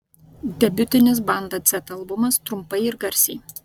debiutinis banda dzeta albumas trumpai ir garsiai